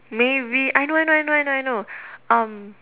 maybe I know I know I know I know I know um